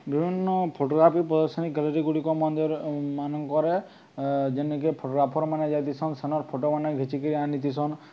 ବିଭିନ୍ନ ଫଟୋଗ୍ରାଫି ପ୍ରଦର୍ଶନି ଗ୍ୟାଲେରୀ ଗୁଡ଼ିକ ମାନଙ୍କରେ ଯେନ୍କି ଫଟୋଗ୍ରାଫର୍ମାନେ ଯାଇଥିସନ୍ ସେନର୍ ଫଟୋମାନେ ଘିଚିକିରି ଆଣିଥିସନ୍